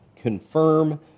confirm